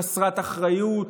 חסרת אחריות,